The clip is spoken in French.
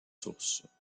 sources